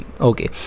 okay